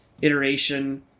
Iteration